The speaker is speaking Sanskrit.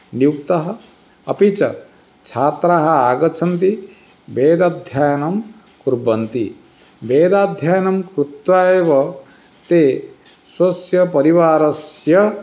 नियुक्तः अपि च छात्राः आगच्छन्ति वेदाध्ययनं कुर्वन्ति वेदाध्ययनं कृत्वा एव ते स्वस्य परिवारस्य